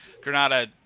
Granada